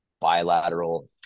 bilateral